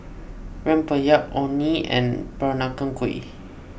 Rempeyek Orh Nee and Peranakan Kueh